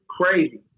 Crazy